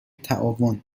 تعاون